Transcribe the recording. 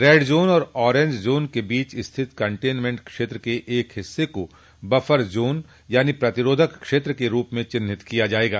red zone और orange zone के बीच स्थित कंटेन्मेंट क्षेत्र के एक हिस्से को बफर जोन यानी प्रतिरोधक क्षेत्र के रूप में चिन्हित किया जाएगा